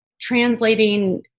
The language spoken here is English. translating